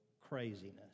craziness